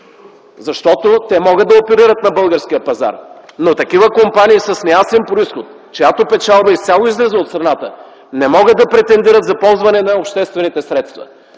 Защото те могат да оперират на българския пазар. Но такива компании с неясен произход, чиято печалба изцяло излиза от страната, не могат да претендират за ползване на обществените средства.